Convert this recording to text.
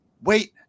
wait